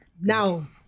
now